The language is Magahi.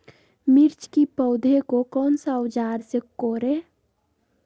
मिर्च की पौधे को कौन सा औजार से कोरे?